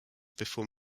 before